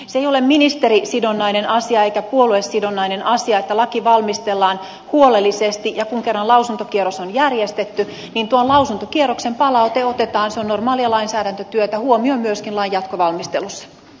se ei ole ministerisidonnainen asia eikä puoluesidonnainen asia että laki valmistellaan huolellisesti ja kun kerran lausuntokierros on järjestetty niin tuon lausuntokierroksen palaute otetaan se on normaalia lainsäädäntötyötä huomioon myöskin lain jatkovalmistelussa